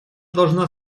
должна